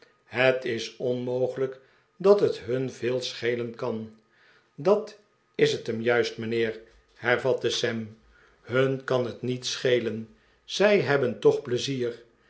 het is onmogelijk dat het hun veel schelen kan dat is het hem juist mijnheer hervatte sam hun kan het niet schelen zij hebben toch pleizier